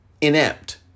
inept